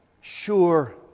sure